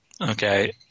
Okay